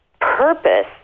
purpose